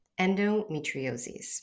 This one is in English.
endometriosis